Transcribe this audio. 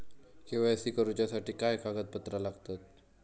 KYC करूच्यासाठी काय कागदपत्रा लागतत?